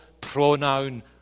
pronoun